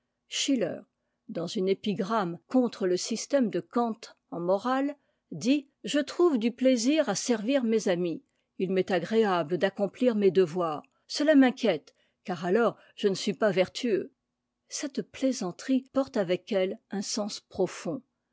schitter dans une épigramme contre le système de kant en morale dit je trouve du plaisir à servir mes amis il m'est agréable d'accomplir n mes devoirs cela m'inquiète car alors je ne suis pas vertueux cette plaisanterie porte avec elle un sens profond